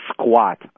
squat